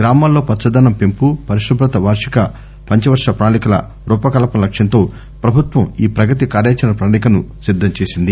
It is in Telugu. గ్రామాల్లో పచ్చదనం పెంపు పరిశుభత వార్షిక పంచవర్ష ప్రణాళికల రూపకల్పన లక్ష్మంతో పభుత్వం ఈ పగతి కార్యాచరణ ప్రణాళికను సిద్దం చేసింది